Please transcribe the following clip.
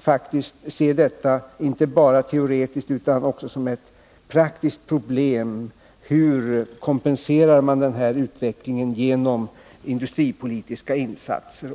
faktiskt se detta inte bara teoretiskt, utan också som ett praktiskt problem: Hur kompenserar man den här utvecklingen genom industripolitiska insatser?